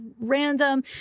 random